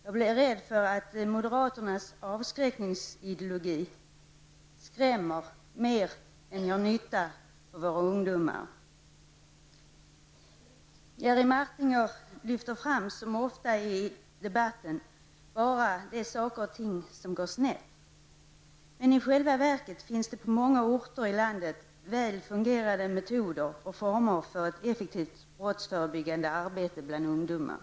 Jag blir rädd för att moderaternas avskräckningsideologi skrämmer mer än gör nytta för våra ungdomar. Som så ofta i debatten lyfter Jerry Martinger fram bara det som går snett. I själva verket finns det på många orter i landet väl fungerande metoder och former för ett effektivt brottsförebyggande arbete bland ungdomar.